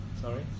sorry